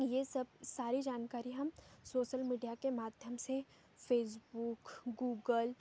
ये सब सारी जानकारी हम सोसल मीडिया के माध्यम से फ़ेसबूक गूगल